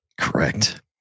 Correct